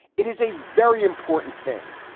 it is a very important thing.